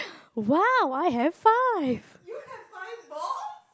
!wow! I have five